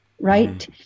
right